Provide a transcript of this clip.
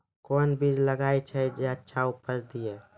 कोंन बीज लगैय जे अच्छा उपज दिये?